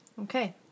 Okay